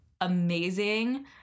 amazing